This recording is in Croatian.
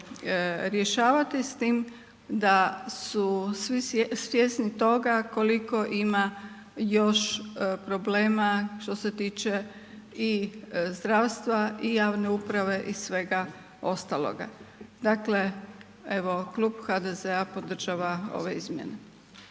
rješavati s tim da su svi svjesni toga koliko ima još problema što se tiče i zdravstva i javne uprave i svega ostaloga. Dakle, evo Klub HDZ-a podržava ove izmjene.